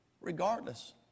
Regardless